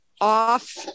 off